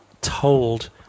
told